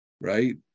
right